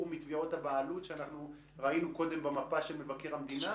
מתביעות הבעלות שאנחנו ראינו קודם במפה של מבקר המדינה?